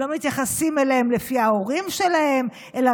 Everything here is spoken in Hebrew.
לא מתייחסים אליהם לפי ההורים שלהם אלא